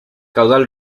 caudal